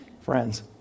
friends